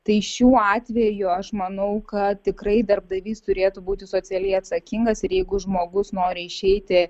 tai šiuo atveju aš manau kad tikrai darbdavys turėtų būti socialiai atsakingas ir jeigu žmogus nori išeiti